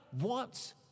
wants